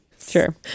sure